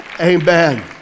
amen